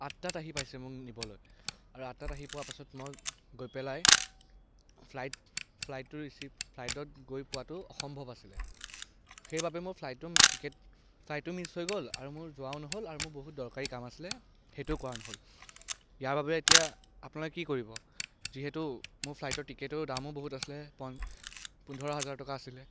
আঠটাত আহি পাইছে মোক নিবলৈ আৰু আঠটাত আহি পোৱাৰ পিছত মই গৈ পেলাই ফ্লাইট ফ্লাইটটো ৰিচিভ ফ্লাইটত গৈ পোৱাটো অসম্ভৱ আছিলে সেইবাবে মোৰ ফ্লাইটো টিকেট ফ্লাইটো মিছ হৈ গ'ল আৰু মোৰ যোৱাও নহ'ল আৰু মোৰ বহুত দৰকাৰী কাম আছিলে সেইটোয়ো কৰা নহ'ল ইয়াৰ বাবে এতিয়া আপোনালোকে কি কৰিব যিহেতু মোৰ ফ্লাইটৰ টিকেটৰ দামো বহুত আছিলে পোন্ধৰ হাজাৰ টকা আছিলে